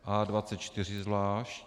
A24 zvlášť.